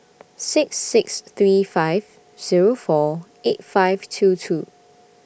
six six three five Zero four eight five two two